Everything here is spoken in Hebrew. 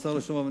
השר לשעבר,